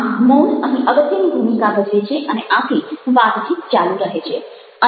આમ મૌન અહીં અગત્યની ભૂમિકા ભજવે છે અને આથી વાતચીત ચાલુ રહે છે